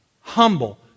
Humble